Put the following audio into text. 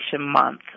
Month